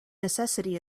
necessity